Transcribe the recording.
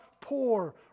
poor